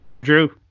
Drew